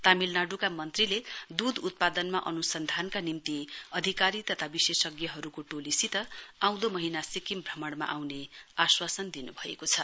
तामिलनाडुका मन्त्रीले दुध उत्पादनमा अनुसन्धानका निम्ति अधिकारी तथा विशेषज्ञहरूको टोलीसित आउँदो महीना सिक्किम भ्रमणमा आउने आश्वासन दिनु भएको छ